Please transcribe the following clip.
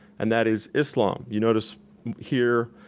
and that is islam. you notice here,